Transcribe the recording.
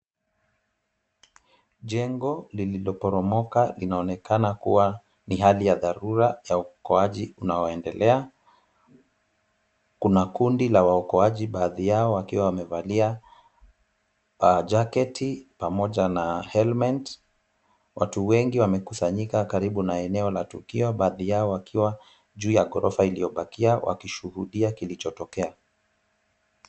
Jengo lililoporomoka inaonekana kuwa ni hali ya dharura ya uokoaji unaoendelea. Kuna kundi ya waokoaji baadhi yao wakiwa wamevalia jaketi pamoja na helmet . Watu wengi wamekusanyika karibu na eneo la tukio baadhi yao wakiwa juu ya ghorofa iliyobakia wakishuhudia kilichotokea.